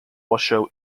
washoe